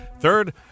Third